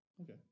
Okay